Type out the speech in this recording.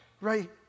right